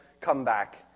comeback